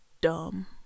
dumb